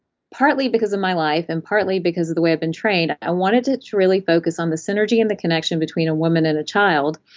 partly because of my life and partly because of the way i've been trained, i wanted to to really focus on the synergy and the connection between a woman and a child,